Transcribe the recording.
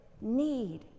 need